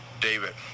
David